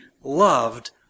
loved